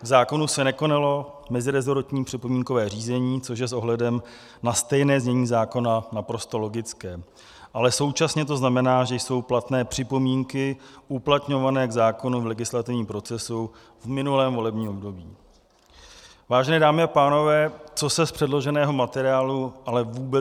K zákonu se nekonalo meziresortní připomínkové řízení, což je s ohledem na stejné znění zákona naprosto logické, ale současně to znamená, že jsou platné připomínky uplatňované k zákonu v legislativním procesu v minulém volebním období, vážené dámy a pánové, co se z předloženého materiálu ale vůbec nedozvíme.